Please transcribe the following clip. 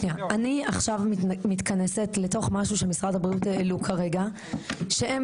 אני עכשיו מתכנסת לתוך משהו שמשרד הבריאות העלו כרגע שהם